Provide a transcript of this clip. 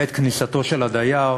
בעת כניסתו של הדייר,